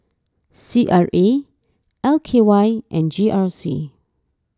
C R A L K Y and G R C